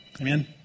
Amen